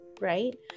right